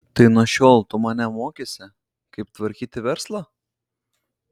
tai nuo šiol tu mane mokysi kaip tvarkyti verslą